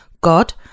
God